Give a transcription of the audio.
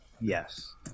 Yes